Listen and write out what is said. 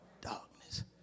darkness